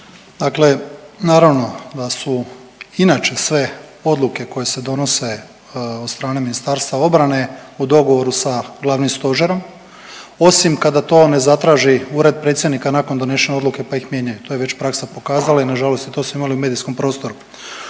Dakle, naravno da su inače sve odluke koje se donose od strane Ministarstva obrane u dogovoru sa glavnim stožerom osim kada to ne zatraži Ured predsjednika nakon donešene odluke pa ih mijenjaju. To je već praksa pokazala i nažalost i to smo imali u medijskom prostoru.